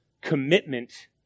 commitment